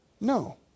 No